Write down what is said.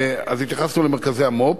אז התייחסנו למרכזי המו"פ.